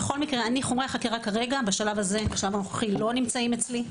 חומרי החקירה בשלב הזה לא נמצאים אצלי.